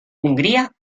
hungría